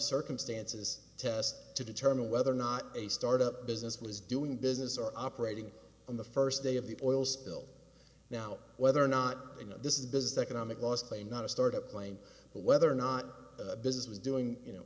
circumstances test to determine whether or not a start up business was doing business or operating on the first day of the oil spill now whether or not you know this is the economic loss claim not a start up plane or whether or not a business was doing you know